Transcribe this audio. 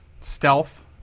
stealth